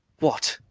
what,